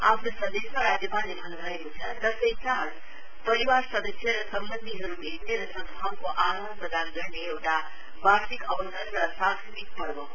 आफ्नो सन्देशमा राज्यपालले भन्न्भएको छ दशै चाढ़ परिवार सदस्य र सम्बन्धीहरु भैटने र सद्भभावको आदान प्रदान गर्ने एउटा वार्षिक अवसर र सांस्कृतिक पर्व हो